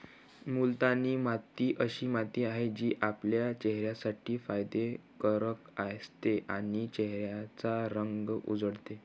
मुलतानी माती अशी माती आहे, जी आपल्या चेहऱ्यासाठी फायदे कारक असते आणि चेहऱ्याचा रंग उजळते